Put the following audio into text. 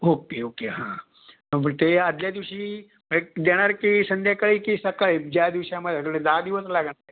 okay okay हां मग ते आदल्या दिवशी एक् देणार की संध्याकाळी की सकाळी ज्या दिवशी दा दिवस लागणार